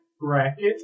Bracket